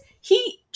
he-